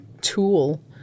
tool